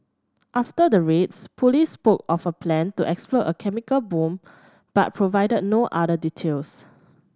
after the raids police spoke of a plan to explode a chemical bomb but provided no other details